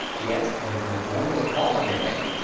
yes, and that you were born with a cawl on your head.